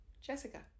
Jessica